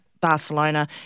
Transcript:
Barcelona